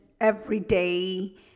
everyday